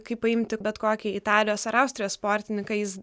kaip paimti bet kokį italijos ar austrijos sportininką jis